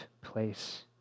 place